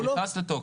הוא נכנס לתוקף.